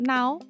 Now